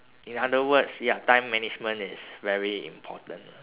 in other words ya time management is very important uh